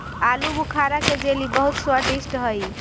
आलूबुखारा के जेली बहुत स्वादिष्ट हई